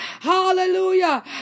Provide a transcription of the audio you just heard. Hallelujah